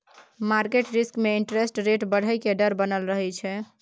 market risk में interest rate बढ़इ के डर बनल रहइ छइ